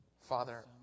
Father